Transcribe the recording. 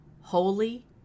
holy